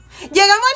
¡Llegamos